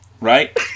Right